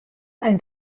ein